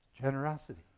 Generosity